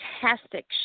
fantastic